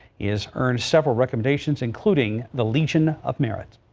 is earned several recommendations, including the legion of merit.